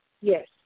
Yes